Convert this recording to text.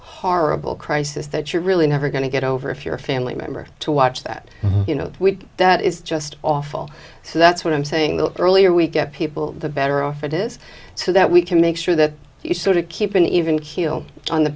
crisis that you're really never going to get over if you're a family member to watch that you know that is just awful so that's what i'm saying the earlier we get people the better off it is so that we can make sure that you sort of keeping an even keel on the